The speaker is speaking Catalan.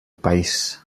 país